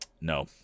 No